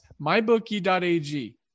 mybookie.ag